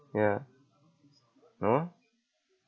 ya no